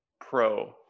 pro